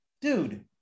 dude